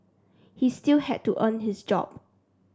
he still had to earn his job